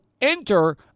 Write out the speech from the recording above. enter